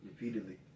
Repeatedly